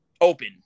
open